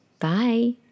Bye